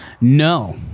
No